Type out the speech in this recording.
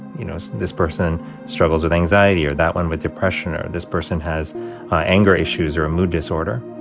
you know, this person struggles with anxiety or that one with depression or this person has anger issues or a mood disorder.